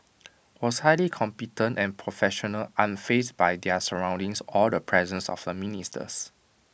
was highly competent and professional unfazed by their surroundings or the presence of the ministers